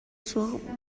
суох